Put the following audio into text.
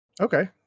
Okay